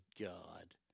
god